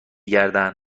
گردن